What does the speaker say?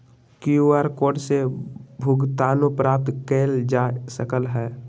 QR code से भुगतानो प्राप्त कएल जा सकल ह